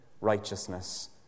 righteousness